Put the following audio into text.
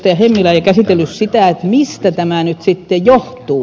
hemmilä ei käsitellyt sitä mistä tämä nyt sitten johtuu